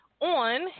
on